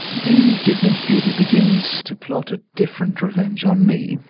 the indignant beauty begins to plot a different revenge on me.